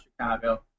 Chicago